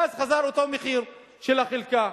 ואז חזר אותו מחיר של החלקה.